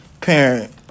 parent